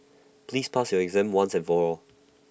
please pass your exam once and for all